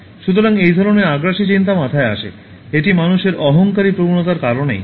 সুতরাং এই ধরণের আগ্রাসী চিন্তা মাথায় আসে এটি মানুষের অহঙ্কারী প্রবণতার কারণেই